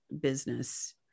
business